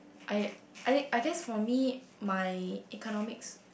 I I I guess for me my economics